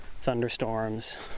thunderstorms